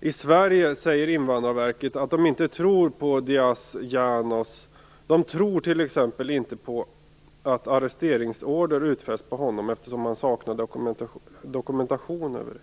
I Sverige säger Invandrarverket att man inte tror på Diaz Janos. De tror t.ex. inte på att arresteringsorder utfärdats på honom, eftersom han saknar dokumentation över det.